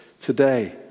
today